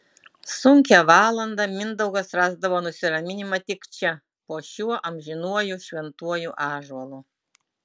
sunkią valandą mindaugas rasdavo nusiraminimą tik čia po šiuo amžinuoju šventuoju ąžuolu